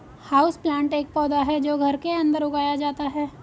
houseplant एक पौधा है जो घर के अंदर उगाया जाता है